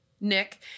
Nick